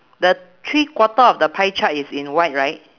the three quarter of the pie chart is in white right